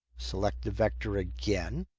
select the vector again.